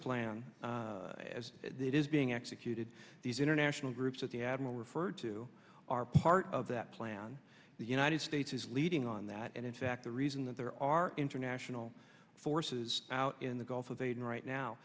plan as it is being executed these international groups as the admiral referred to are part of that plan the united states is leading on that and in fact the reason that there are international forces out in the gulf of aden right now